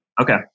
Okay